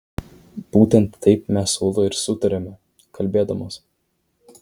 būtent taip mes su ūla ir sutariame kalbėdamos